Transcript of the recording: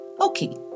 Okay